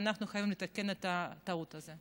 ואנחנו חייבים לתקן את הטעות הזאת.